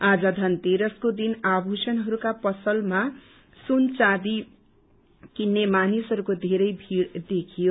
आज धनतेरसको दिन आभूषणहरूका पसलमा सुन चाँदी कित्रे मानिसहरूको वेरै भीड़ देखियो